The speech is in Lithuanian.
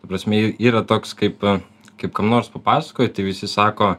ta prasme yra toks kaip kaip kam nors papasakoji tai visi sako